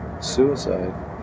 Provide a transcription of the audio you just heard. suicide